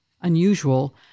unusual